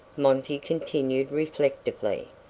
monty continued reflectively.